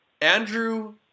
Andrew